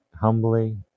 humbly